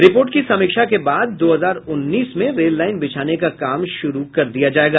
report की समीक्षा के बाद दो हजार उन्नीस में रेल लाइन बिछाने का काम शुरू किया जायेगा